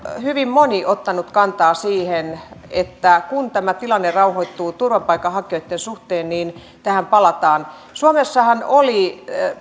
hyvin moni ottanut kantaa siihen että kun tämä tilanne rauhoittuu turvapaikanhakijoitten suhteen niin tähän palataan suomessahan oli